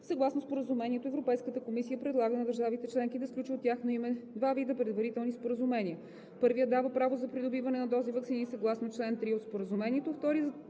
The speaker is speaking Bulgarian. Съгласно Споразумението Европейската комисия предлага на държавите членки да сключи от тяхно име два вида предварителни споразумения. Първият дава право за придобиване на дози ваксини, съгласно чл. 3 от Споразумението,